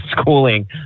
schooling